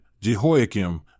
Jehoiakim